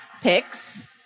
picks